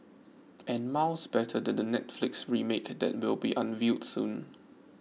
and miles better than the Netflix remake that will be unveiled soon